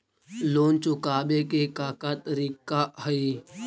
Loan चुकावे के का का तरीका हई?